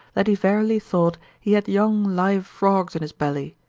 that he verily thought he had young live frogs in his belly,